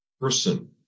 person